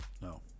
No